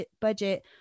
budget